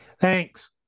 Thanks